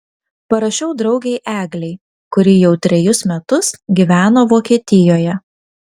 parašiau draugei eglei kuri jau trejus metus gyveno vokietijoje